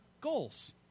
goals